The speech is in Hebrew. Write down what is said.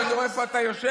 כשאני רואה איפה אתה יושב,